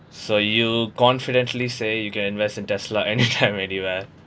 so you confidently say you can invest in tesla anytime anywhere